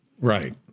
Right